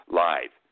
live